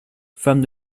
femme